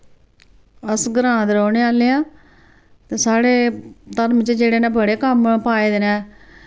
अस ग्रां दे रौह्ने आह्ले आं ते साढ़े धर्म च जेह्डे़ न बड़े कम्म पाए दे नै